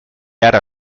ara